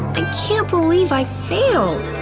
i can't believe i failed!